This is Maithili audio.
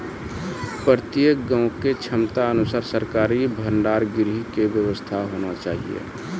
प्रत्येक गाँव के क्षमता अनुसार सरकारी भंडार गृह के व्यवस्था होना चाहिए?